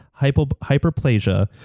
hyperplasia